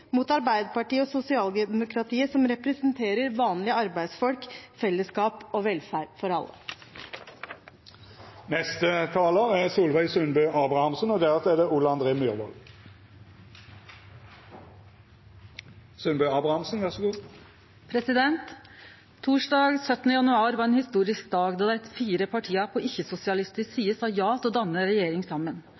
mot Arbeiderpartiet og sosialdemokratiet, som representerer vanlige arbeidsfolk, fellesskap og velferd for alle. Torsdag 17. januar var ein historisk dag, då dei fire partia frå ikkje-sosialistisk side sa ja til å danne regjering saman.